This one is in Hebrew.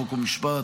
חוק ומשפט,